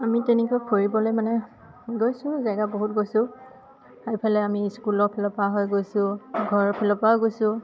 আমি তেনেকৈ ফুৰিবলে মানে গৈছোঁ জেগা বহুত গৈছোঁ এইফালে আমি স্কুলৰ ফালৰপা হৈ গৈছোঁ ঘৰৰ ফালৰ পৰাও গৈছোঁ